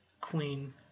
queen